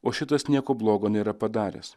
o šitas nieko blogo nėra padaręs